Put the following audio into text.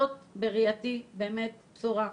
בראייתי, זו באמת בשורה.